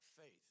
faith